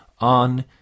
on